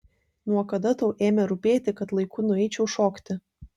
nuo kada tau ėmė rūpėti kad laiku nueičiau šokti